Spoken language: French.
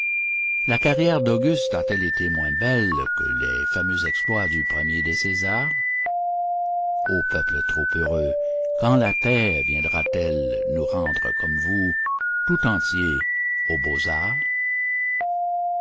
la carrière d'auguste a-t-elle été moins belle que les fameux exploits du premier des césars ô peuple trop heureux quand la paix viendra-t-elle nous rendre comme vous tout entiers aux